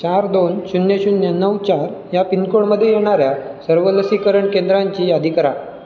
चार दोन शून्य शून्य नऊ चार ह्या पिनकोडमध्ये येणाऱ्या सर्व लसीकरण केंद्रांची यादी करा